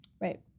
Right